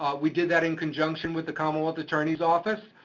we did that in conjunction with the commonwealth attorney's office,